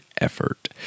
effort